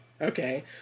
Okay